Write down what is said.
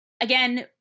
again